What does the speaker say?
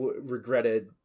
regretted